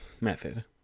method